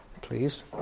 please